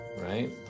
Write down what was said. Right